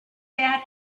bad